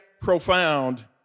profound